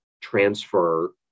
transfer